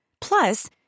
plus